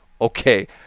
Okay